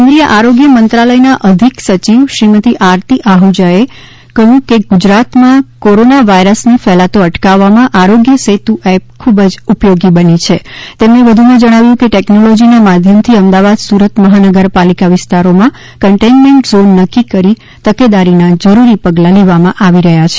કેન્દ્રીય આરોગ્ય મંત્રાલયના અધિક સચિવ શ્રીમતી આરતી આહ્જાએ કહ્યું કે ગુજરાતમાં કોરોના વાયરસને ફેલાતો અટકાવવામાં આરોગ્ય સેતુ એપ ખૂબ જ ઉપયોગી બની છે તેમણે વધુમાં જણાવ્યું કે ટેકનોલોજીના માધ્યમથી અમદાવાદ સુરત મહાનગર પાલિકા વિસ્તારોમાં ક્ન્ટેન્ટમેન્ટ ઝોન નક્કી કરી તકેદારીના જરૂરી પગલાં લેવામાં આવી રહ્યા છે